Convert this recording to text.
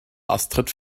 astrid